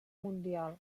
mundial